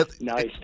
nice